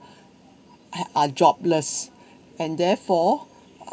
are jobless and therefore